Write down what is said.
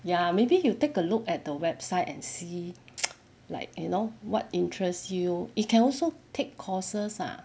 ya maybe you take a look at the website and see like you know what interests you you can also take courses lah